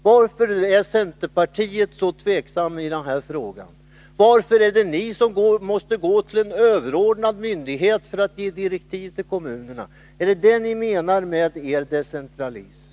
Varför är centerpartiet så tveksamt i denna fråga? Varför är det ni som måste gå till en överordnad myndighet för att ge direktiv till kommunerna? Är det detta ni menar med er decentralism?